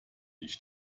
ich